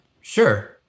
Sure